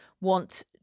want